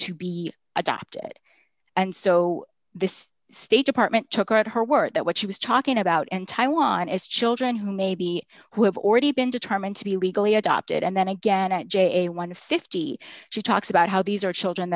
to be adopted and so this state department took her at her word that what she was talking about and taiwan as children who may be who have already been determined to be legally adopted and then again at j one hundred and fifty she talks about how these are children